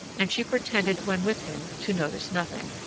and she pretended when with him to notice nothing.